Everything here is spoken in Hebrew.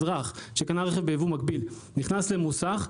ברגע שאזרח שקנה רכב בייבוא מקביל נכנס למוסך,